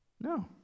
No